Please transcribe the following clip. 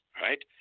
right